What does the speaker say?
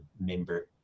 member